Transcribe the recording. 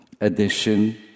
edition